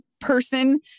person